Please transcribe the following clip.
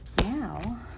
now